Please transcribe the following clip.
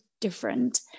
different